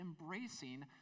embracing